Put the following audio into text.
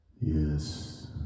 Yes